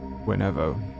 whenever